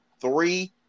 Three